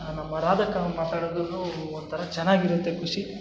ನಮ್ಮ ರಾಧಕ್ಕ ಮಾತಾಡೋದೂ ಒಂಥರ ಚೆನ್ನಾಗಿರುತ್ತೆ ಖುಷಿ